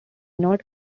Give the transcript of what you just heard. not